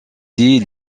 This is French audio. dit